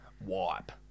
wipe